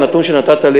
הנתון שנתת לי,